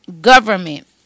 government